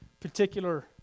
particular